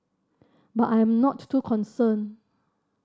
but I am not too concerned